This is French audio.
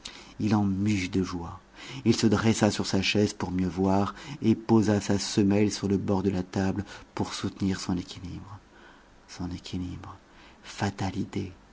il en mugit de joie il se dressa sur sa chaise pour mieux voir et posa sa semelle sur le bord de la table pour soutenir son équilibre son équilibre fatale